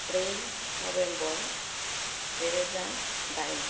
ब्रै नबेम्बर नैरोजा दाइन